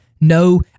No